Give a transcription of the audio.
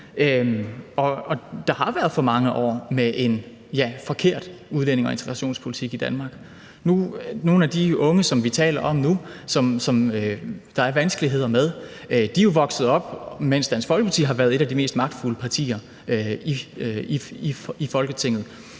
og der har været for mange år med en, ja, forkert udlændinge- og integrationspolitik i Danmark. Nogle af de unge, som vi taler om nu, og som der er vanskeligheder med, er jo vokset op, mens Dansk Folkeparti har været et af de mest magtfulde partier i Folketinget,